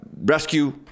Rescue